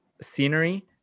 scenery